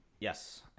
Yes